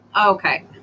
Okay